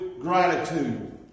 gratitude